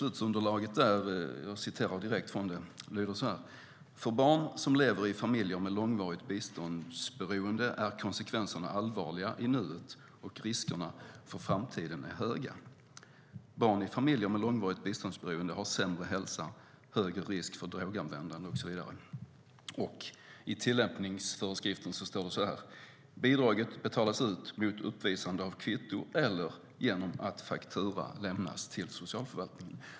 Underlaget lyder: "För barn som lever i familjer med långvarigt biståndsberoende är konsekvenserna allvarliga i nuet och riskerna höga för framtiden. Barn i familjer med långvarigt biståndsberoende har sämre hälsa, högre risk för droganvändande o.s.v." I tillämpningsföreskriften står: "Bidraget betalas ut mot uppvisande av kvitto eller genom att faktura lämnas till förvaltningen."